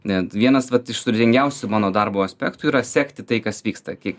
net vienas vat iš turtingiausių mano darbo aspektų yra sekti tai kas vyksta kiek